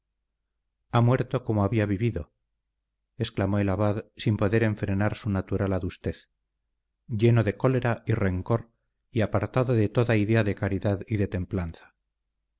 ha muerto como había vivido exclamó el abad sin poder enfrenar su natural adustez lleno de cólera y rencor y apartado de toda idea de caridad y de templanza